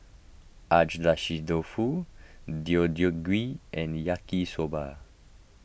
Agedashi Dofu Deodeok Gui and Yaki Soba